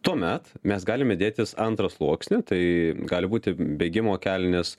tuomet mes galime dėtis antrą sluoksnį tai gali būti bėgimo kelnės